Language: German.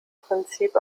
prinzip